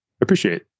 appreciate